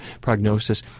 prognosis